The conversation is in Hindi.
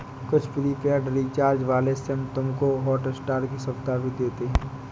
कुछ प्रीपेड रिचार्ज वाले सिम तुमको हॉटस्टार की सुविधा भी देते हैं